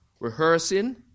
rehearsing